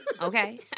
okay